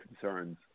concerns